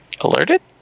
alerted